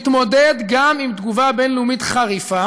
ולהתמודד גם עם תגובה בין-לאומית חריפה"